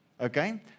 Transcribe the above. Okay